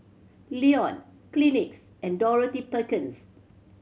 Lion Kleenex and Dorothy Perkins